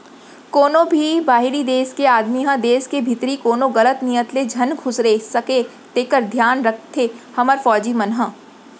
कोनों भी बाहिरी देस के आदमी ह देस के भीतरी कोनो गलत नियत ले झन खुसरे सकय तेकर धियान राखथे हमर फौजी मन ह